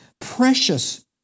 Precious